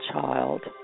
child